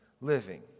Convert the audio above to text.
living